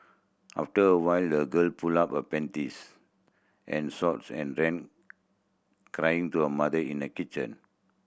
after a while the girl pulled up her panties and shorts and ran crying to her mother in the kitchen